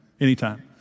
anytime